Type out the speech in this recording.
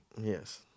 Yes